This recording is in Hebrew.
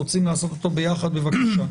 רוצם לעשות אותו ביחד בבקשה.